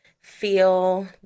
feel